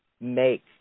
make